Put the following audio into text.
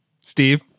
Steve